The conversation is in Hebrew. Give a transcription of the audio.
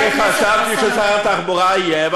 אני חשבתי ששר התחבורה יהיה,